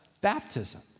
baptism